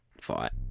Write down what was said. fight